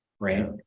right